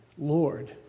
Lord